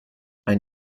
ein